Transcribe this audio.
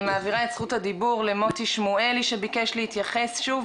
אני מעבירה את זכות הדיבור למוטי שמואלי שביקש להתייחס שוב,